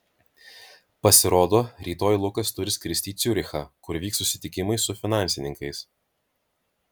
pasirodo rytoj lukas turi skristi į ciurichą kur vyks susitikimai su finansininkais